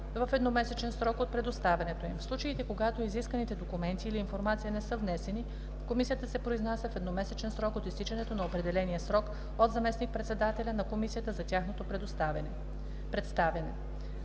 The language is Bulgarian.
в едномесечен срок от представянето им. В случаите, когато изисканите документи или информация не са внесени, комисията се произнася в едномесечен срок от изтичането на определения срок от заместник-председателя на комисията за тяхното представяне.